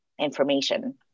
information